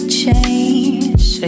change